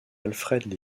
alfred